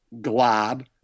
glob